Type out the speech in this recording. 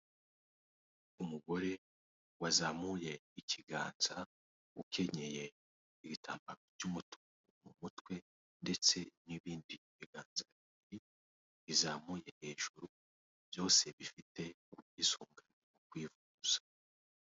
Umugore wazamuye ikiganza, ukenyeye ibitambaro by'umutuku mu mutwe ndetse n'ibindi biganza bibiri bizamuye hejuru, byose bifite ubwisungane mu kwivuza.